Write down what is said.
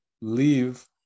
leave